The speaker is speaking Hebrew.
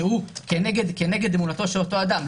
שהוא נגד אמונתו של אותו אדם,